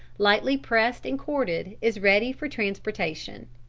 lightly pressed and corded, is ready for transportation.